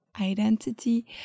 identity